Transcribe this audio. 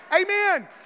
Amen